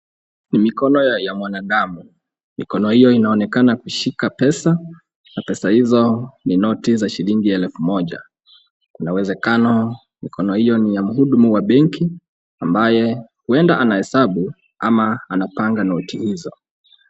Mikono ya mwanadamu. Mikono hiyo inaonekana kushika pesa na pesa hizo ni noti ya shilingi elfu moja. Kuna uwezekano mikono hiyo ni ya mhudumu wa benki ambaye huenda anahesabu au anapanga noti hizo.